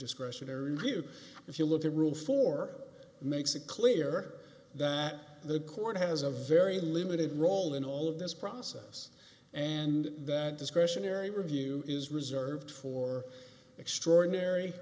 discretionary review if you look at rule for makes it clear that the court has a very limited role in all of this process and that discretionary review is reserved for extraordinary